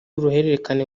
uruhererekane